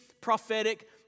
prophetic